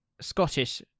Scottish